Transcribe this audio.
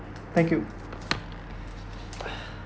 thank you